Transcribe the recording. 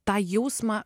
tą jausmą